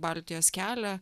baltijos kelią